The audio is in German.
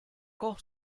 koch